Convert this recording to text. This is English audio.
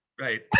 Right